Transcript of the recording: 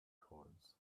coins